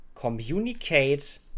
communicate